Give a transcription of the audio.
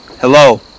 hello